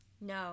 No